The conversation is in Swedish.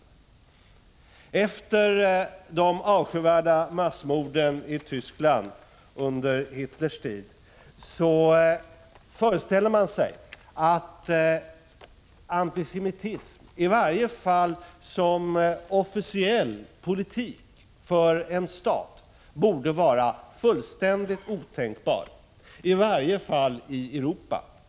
Mot bakgrund av den erfarenhet som de avskyvärda massmorden i Tyskland under Hitlers tid gav oss föreställde man sig att antisemitism, i varje fall som officiell politik för en stat, borde vara någonting fullständigt otänkbart, åtminstone i Europa.